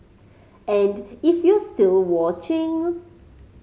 and if you're still watching